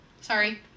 Sorry